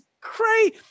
crazy